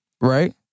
Right